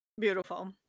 Beautiful